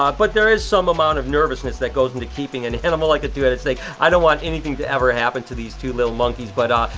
um but there is some amount of nervousness that goes into keeping an animal like this two-headed snake. i don't want anything to ever happen to these two little monkeys. but,